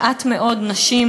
מעט מאוד נשים,